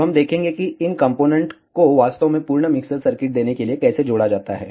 अब हम देखेंगे कि इन कॉम्पोनेन्ट को वास्तव में पूर्ण मिक्सर सर्किट देने के लिए कैसे जोड़ा जाता है